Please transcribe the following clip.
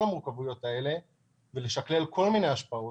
המורכבויות האלה ולשקלל כל מיני השפעות,